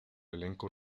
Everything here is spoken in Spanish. elenco